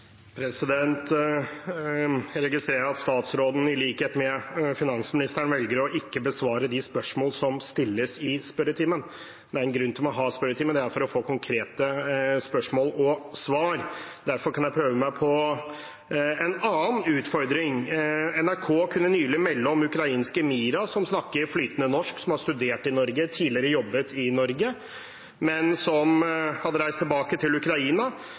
Jeg registrerer at statsråden, i likhet med finansministeren, velger å ikke besvare de spørsmål som stilles i spørretimen. Det er en grunn til at vi har spørretimen, det er for å få konkrete spørsmål og svar. Derfor kan jeg prøve meg på en annen utfordring: NRK kunne nylig melde om ukrainske Mira som snakker flytende norsk, som har studert i Norge, tidligere jobbet i Norge, men som hadde reist tilbake til Ukraina.